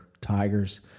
tigers